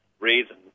reason